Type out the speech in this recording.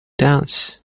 dance